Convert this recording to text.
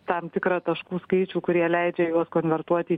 tam tikrą taškų skaičių kurie leidžia juos konvertuoti